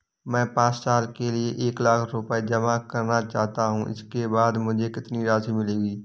मैं पाँच साल के लिए एक लाख रूपए जमा करना चाहता हूँ इसके बाद मुझे कितनी राशि मिलेगी?